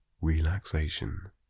relaxation